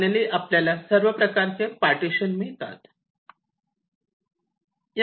finally आपल्याला सर्व प्रकारचे पार्टिशन मिळतात